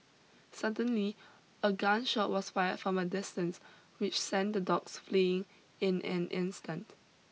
suddenly a gun shot was fired from a distance which sent the dogs fleeing in an instant